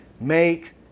make